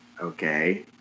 okay